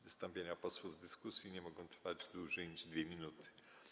Wystąpienia posłów w dyskusji nie mogą trwać dłużej niż 2 minuty.